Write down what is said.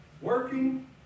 Working